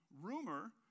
rumor